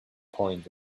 point